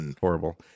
Horrible